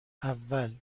اول